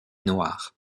noire